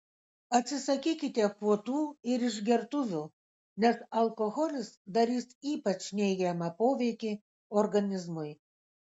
atsisakykite puotų ir išgertuvių nes alkoholis darys ypač neigiamą poveikį organizmui